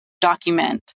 document